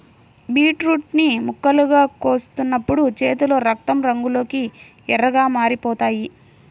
beetroot ని ముక్కలుగా కోస్తున్నప్పుడు చేతులు రక్తం రంగులోకి ఎర్రగా మారిపోతాయి